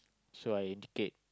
so I dictate